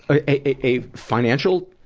ah a a financial,